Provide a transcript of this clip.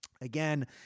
again